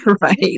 Right